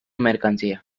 mercancía